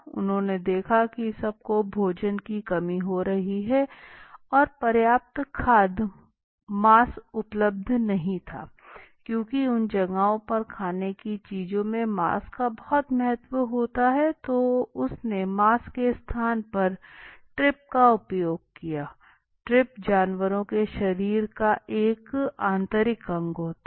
उन्होंने देखा की सबको भोजन की कमी हो रही थी और पर्याप्त खाद्य मांस उपलब्ध नहीं था क्योंकि उन जगहों पर खाने की चीजों में मांस का बहुत महत्व होता है तो उसने मांस के स्थान पर ट्रिप का उपयोग किया ट्रिप जानवरों के शरीर का एक आंतरिक अंग होता है